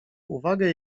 uwagę